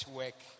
work